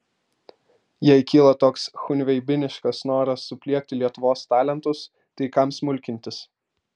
jei kyla toks chunveibiniškas noras supliekti lietuvos talentus tai kam smulkintis